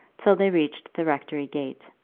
till they reached the rectory gate.